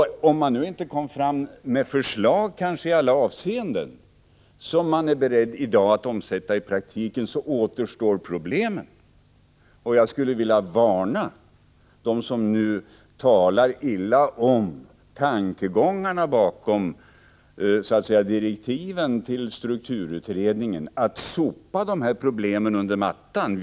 Om man nu inte i alla avseenden lade fram förslag som man i dag är beredd att omsätta i praktiken, så återstår problemen. Jag skulle vilja varna dem som nu talar illa om tankegångarna bakom direktiven till strukturutredningen för att sopa dessa problem under mattan.